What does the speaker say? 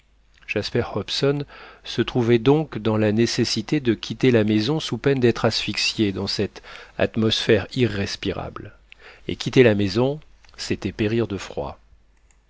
jasper hobson se trouvait donc dans la nécessité de quitter la maison sous peine d'être asphyxié dans cette atmosphère irrespirable et quitter la maison c'était périr de froid